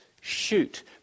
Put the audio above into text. shoot